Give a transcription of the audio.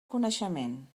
coneixement